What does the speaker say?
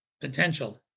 potential